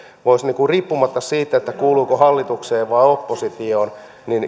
voisi riippumatta siitä kuuluuko hallitukseen vai oppositioon